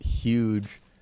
huge